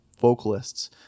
vocalists